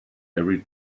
every